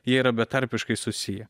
jie yra betarpiškai susiję